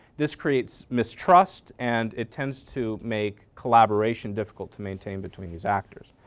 this creates mistrust and it tends to make collaboration difficult to maintain between these actors.